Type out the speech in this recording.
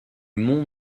mont